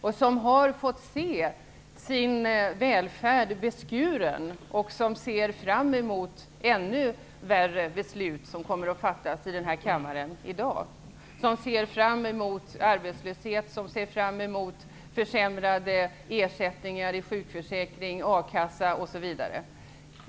De har fått se sin välfärd beskuren och ser fram emot ännu värre beslut som kommer att fattas i den här kammaren i dag, ser fram emot arbetslöshet, ser fram emot försämrade ersättningar i sjukförsäkring, a-kassa, osv.